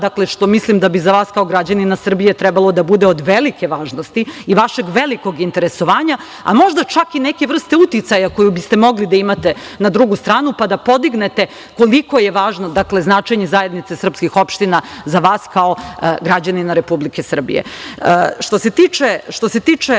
opština, što mislim da bi za vas kao građanina Srbije trebalo da bude od velike važnosti i vašeg velikog interesovanja, a možda čak i neke vrste uticaja koju biste mogli da imate na drugu stranu, pa da podignete koliko je važno značenje zajednice srpskih opština za vas kao građanina Republike Srbije. Na kraju,